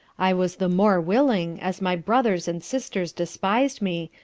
i was the more willing as my brothers and sisters despised me,